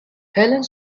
helene